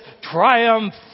triumph